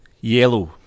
yellow